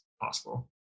possible